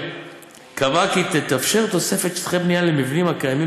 קבעה כי תתאפשר תוספת שטחי בנייה למבנים הקיימים